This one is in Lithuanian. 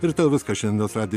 ir tuojau viską šiandien atradę